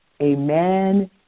amen